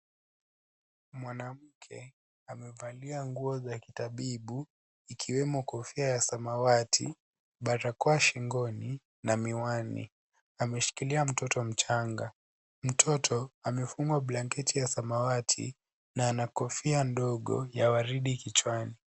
Mwanamke, amevalia nguo za kitabibu, ikiwemo kofia ya samawati, balakoa shingoni na miwani. Ameshikilia mtoto mchanga. mtoto amefungwa blanketi ya samawati na ana kofia ndogo ya waridi kichwani.